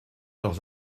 leurs